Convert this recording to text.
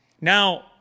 Now